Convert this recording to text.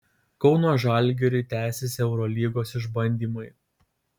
kauno žalgiriui tęsiasi eurolygos išbandymai